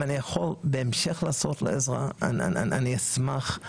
אם אני יכול בהמשך לתת עזרה, אני אשמח.